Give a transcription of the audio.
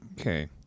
Okay